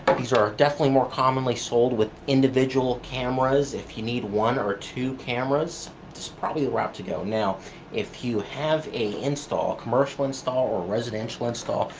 but these are definitely more commonly sold with individual cameras. if you need one or two cameras this is probably the route to go. if you have a install, commercial install or residential install,